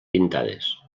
pintades